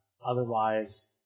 otherwise